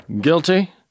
Guilty